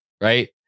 right